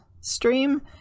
stream